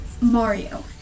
Mario